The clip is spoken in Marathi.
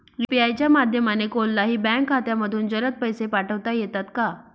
यू.पी.आय च्या माध्यमाने कोणलाही बँक खात्यामधून जलद पैसे पाठवता येतात का?